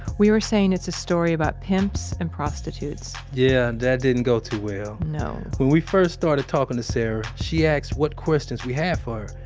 we were saying it's a story about pimps and prostitutes yeah. that didn't go too well no when we first started talking to sara, she asked what questions we have for her.